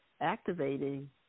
activating